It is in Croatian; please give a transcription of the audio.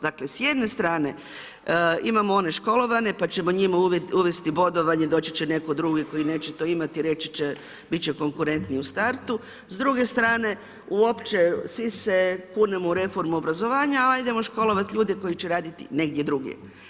Dakle, s jedne strane imamo one školovane, pa ćemo njima uvesti bodovanje, doći će netko drugi koji neće to imati, reći će, biti će konkretniji u startu, s druge strane, uopće svi se kunemo u reformu obrazovanju, ajdemo školovati ljude, koji će raditi negdje drugdje.